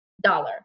dollar